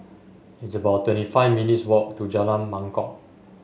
it's about twenty five minutes walk to Jalan Mangkok